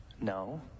no